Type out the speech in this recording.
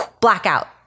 blackout